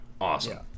awesome